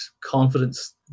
confidence